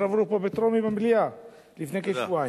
עברו פה במליאה בטרומית לפני כשבועיים.